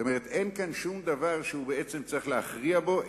אין כאן שום דבר שצריך להכריע בו,